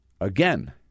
Again